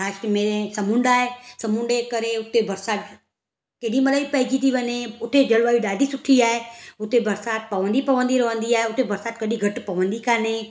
महाराष्ट्र में समुंड आहे समुंड जे करे उते बरसाति केॾीमहिल ई पइजी थी वञे उते जलवायु ॾाढी सुठी आहे उते बरसाति पवंदी पवंदी रहंदी आहे बरसाति कॾहिं घटि पवंदी कोन्हे